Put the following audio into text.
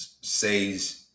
says